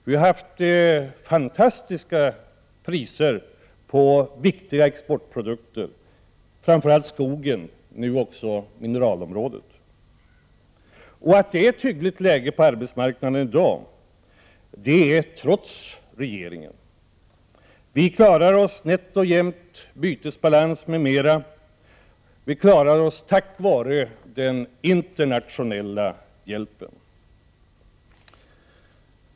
Vi har haft mycket goda priser på viktiga exportprodukter, framför allt på skogsområdet men nu också på mineralområdet. Det är trots regeringen som det är ett hyggligt läge på arbetsmarknaden i dag. Vi klarar nätt och jämnt bytesbalans m.m. Vi klarar oss tack vare den internationella hjälpen.